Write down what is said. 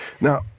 Now